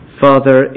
Father